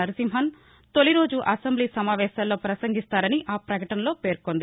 నరసింహన్ తొలిరోజు అసెంబ్లీ సమావేశంలో ప్రపసంగిస్తారని ఆ ప్రకటన పేర్కొంది